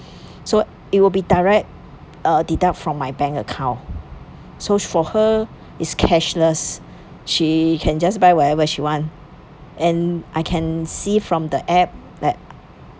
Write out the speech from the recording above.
so it will be direct uh deduct from my bank account so for her it's cashless she can just buy whatever she want and I can see from the app like